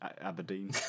Aberdeen